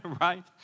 right